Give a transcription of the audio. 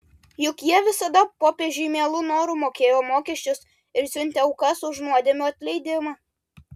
juk jie visada popiežiui mielu noru mokėjo mokesčius ir siuntė aukas už nuodėmių atleidimą